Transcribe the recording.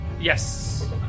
yes